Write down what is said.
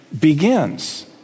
begins